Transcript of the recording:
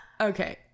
Okay